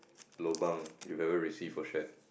lobang you have ever received or shared